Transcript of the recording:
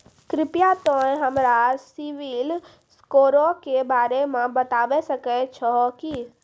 कृपया तोंय हमरा सिविल स्कोरो के बारे मे बताबै सकै छहो कि?